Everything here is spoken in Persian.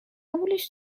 قبولش